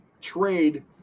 trade